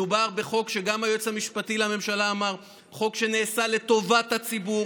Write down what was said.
מדובר בחוק שגם היועץ המשפטי לממשלה אמר שהוא חוק שנעשה לטובת הציבור.